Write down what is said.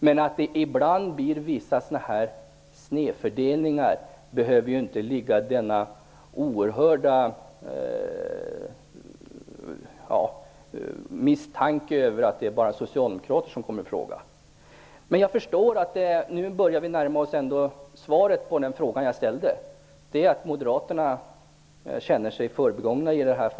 Men att det ibland blir en viss snedfördelning behöver ju inte motivera denna oerhörda misstanke, att det bara är socialdemokrater som kommer i fråga. Men nu börjar vi ändå närma oss svaret på den fråga jag ställde, nämligen vilken moderat det är som känner sig förbigången.